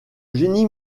génie